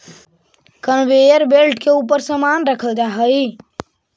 conveyor belt के ऊपर समान रखल जा हई